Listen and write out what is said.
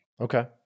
okay